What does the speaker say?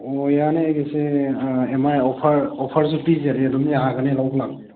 ꯑꯣ ꯌꯥꯅꯤ ꯑꯩꯒꯤꯁꯦ ꯑꯦꯝ ꯃꯥꯏ ꯑꯣꯐꯔ ꯑꯣꯐꯔꯁꯨ ꯄꯤꯖꯔꯤ ꯑꯗꯨꯝ ꯌꯥꯒꯅꯤ ꯑꯗꯨꯝ ꯂꯧꯕ ꯂꯥꯛꯄꯤꯔꯣ